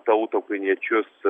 tautą ukrainiečius